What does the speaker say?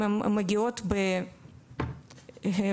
הם מגיעות בהסכמה,